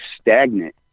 stagnant